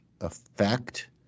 effect